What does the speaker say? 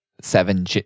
seven